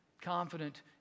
confident